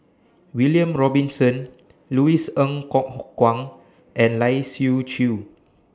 William Robinson Louis Ng Kok Kwang and Lai Siu Chiu